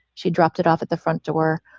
she dropped it off at the front door.